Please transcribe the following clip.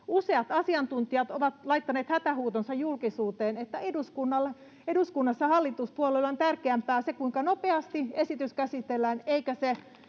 useat asiantuntijat ovat laittaneet hätähuutonsa julkisuuteen, että eduskunnassa hallituspuolueille on tärkeämpää se, kuinka nopeasti esitys käsitellään, eikä se,